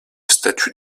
statues